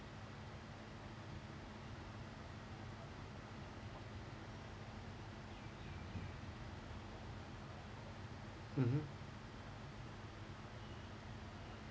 mmhmm